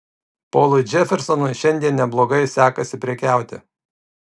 polui džefersonui šiandien neblogai sekasi prekiauti